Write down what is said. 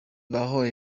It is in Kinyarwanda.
baho